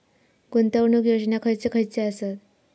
गुंतवणूक योजना खयचे खयचे आसत?